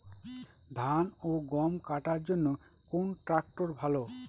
ধান ও গম কাটার জন্য কোন ট্র্যাক্টর ভালো?